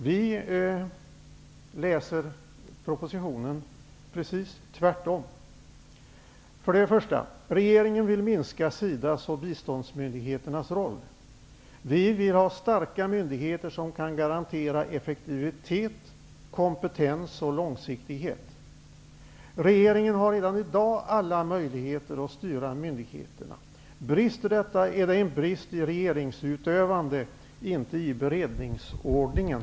Vi tolkar propositionen precis tvärtom. Först och främst: Regeringen vill minska SIDA:s och biståndsmyndigheternas roll. Vi vill ha starka myndigheter som kan garantera effektivitet, kompetens och långsiktighet. Regeringen har redan i dag alla möjligheter att styra myndigheterna. Brister det här, är det en brist i regeringsutövandet -- inte i beredningsordningen.